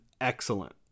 excellent